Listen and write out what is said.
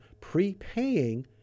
prepaying